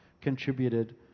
contributed